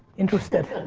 interested.